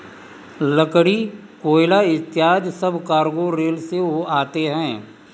लकड़ी, कोयला इत्यादि सब कार्गो रेल से आते हैं